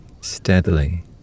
steadily